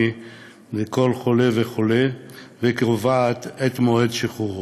לכל חולה וחולה וקובעת את מועד שחרורו.